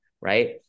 Right